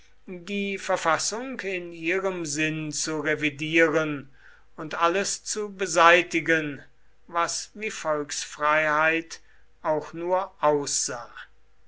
die verfassung in ihrem sinn zu revidieren und alles zu beseitigen was wie volksfreiheit auch nur aussah